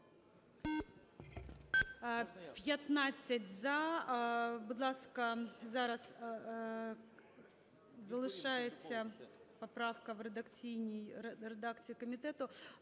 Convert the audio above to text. За-15 Будь ласка, зараз залишається поправка в редакції комітету.